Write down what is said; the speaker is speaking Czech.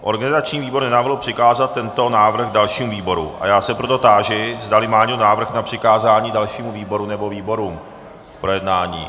Organizační výbor nenavrhl přikázat tento návrh dalším výborům, a já se proto táži, zdali má někdo návrh na přikázání dalšímu výboru nebo výborům k projednání.